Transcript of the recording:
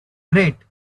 great